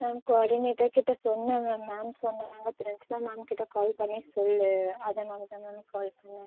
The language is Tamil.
மேம் கோஆர்டினேட்டர்கிட்ட சொன்னேன் மேம் மேம் சொன்னாங்க பிரின்சிபல் கால் பண்ணி சொல் அதனால தான் மேம் கால் பண்ணேன்